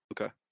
Okay